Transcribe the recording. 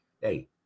hey